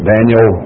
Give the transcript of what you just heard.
Daniel